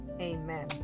Amen